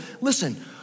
Listen